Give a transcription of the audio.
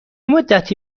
مدتی